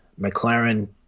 McLaren